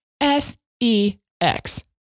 S-E-X